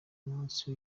umunsi